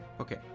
Okay